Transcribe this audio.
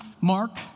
mark